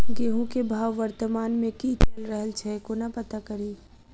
गेंहूँ केँ भाव वर्तमान मे की चैल रहल छै कोना पत्ता कड़ी?